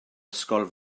ysgol